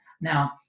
Now